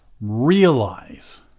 Realize